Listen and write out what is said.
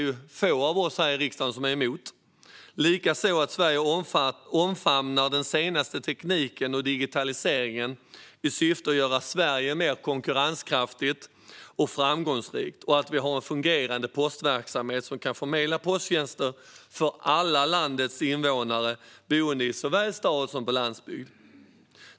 Det gäller även frågan om att Sverige ska omfamna den senaste tekniken och digitaliseringen i syfte att göra Sverige mer konkurrenskraftigt och framgångsrikt och att vi ska ha en fungerande postverksamhet som kan förmedla posttjänster för alla landets invånare boende såväl i stad som på landsbygden.